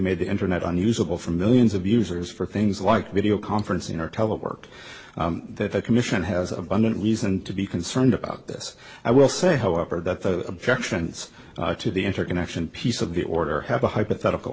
made the internet unusable for millions of users for things like video conferencing or tell of work that the commission has abundant reason to be concerned about this i will say however that the objections to the interconnection piece of the order have a hypothetical